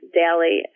daily